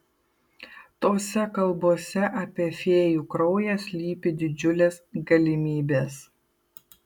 tose kalbose apie fėjų kraują slypi didžiulės galimybės